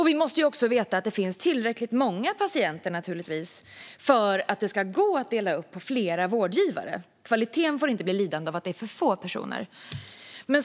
Vi måste också veta att det finns tillräckligt många patienter för att det ska gå att dela upp på flera vårdgivare. Kvaliteten får inte bli lidande av att det är för få personer i området.